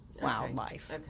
wildlife